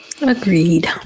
agreed